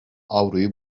avroyu